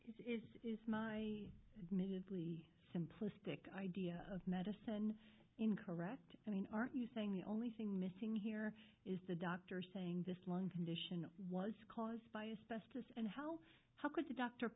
it is my ms lee simplistic idea of medicine incorrect i mean aren't you saying the only thing missing here is the doctor saying this lung condition was caused by it how could the doctor